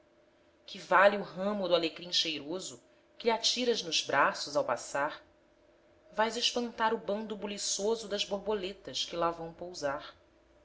que vale o ramo do alecrim cheiroso que lhe atiras nos braços ao passar vais espantar o bando buliçoso das borboletas que lá vão pousar